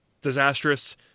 disastrous